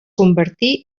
convertí